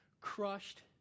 crushed